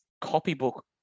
copybook